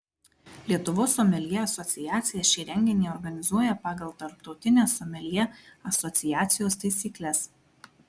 lietuvos someljė asociacija šį renginį organizuoja pagal tarptautines someljė asociacijos taisykles